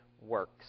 works